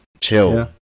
chill